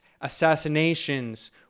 assassinations